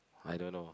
I don't know